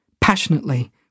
passionately